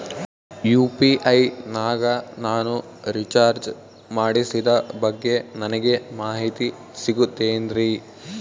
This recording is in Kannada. ಯು.ಪಿ.ಐ ನಾಗ ನಾನು ರಿಚಾರ್ಜ್ ಮಾಡಿಸಿದ ಬಗ್ಗೆ ನನಗೆ ಮಾಹಿತಿ ಸಿಗುತೇನ್ರೀ?